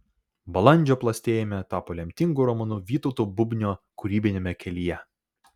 balandžio plastėjime tapo lemtingu romanu vytauto bubnio kūrybiniame kelyje